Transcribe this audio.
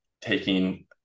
taking